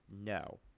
no